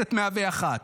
טייסת 101,